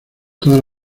todas